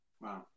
Wow